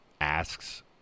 asks